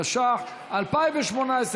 התשע"ח 2018,